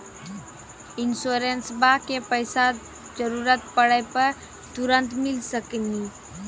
इंश्योरेंसबा के पैसा जरूरत पड़े पे तुरंत मिल सकनी?